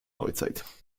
neuzeit